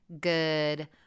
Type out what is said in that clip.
good